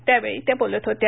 त्यावेळी त्या बोलत होत्या